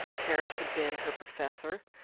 terrace had been her professor,